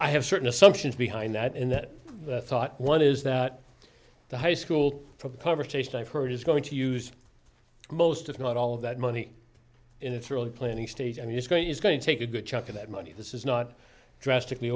i have certain assumptions behind that in that thought one is that the high school for the conversation i've heard is going to use most if not all of that money and it's really planning stage and it's going it's going to take a good chunk of that money this is not drastically